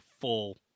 full